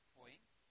point